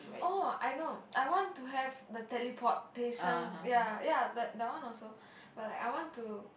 oh I know I want to have the teleportation ya ya that that one also but I want to